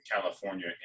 California